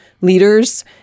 leaders